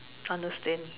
understand